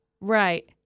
Right